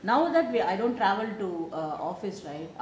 now that I don't travel to err office right